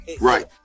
right